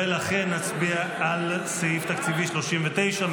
ולכן נצביע על סעיף תקציבי 39,